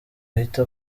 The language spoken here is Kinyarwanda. ahita